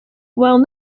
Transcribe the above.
while